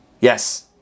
Yes